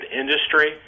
industry